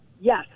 yes